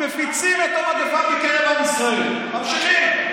מפיצים את המגפה בקרב עם ישראל, ממשיכים.